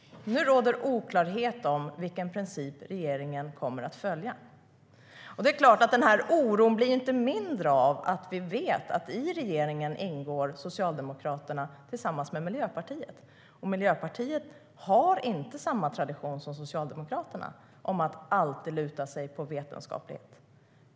Nu råder oklarhet om vilken princip regeringen kommer att följa. Det är klart att oron inte blir mindre av att vi vet att regeringen består av Socialdemokraterna och Miljöpartiet. Miljöpartiet har inte samma tradition som Socialdemokraterna av att alltid luta sig mot vetenskapen.